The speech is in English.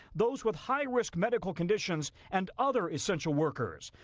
those with high risk medical conditions and other essential workers.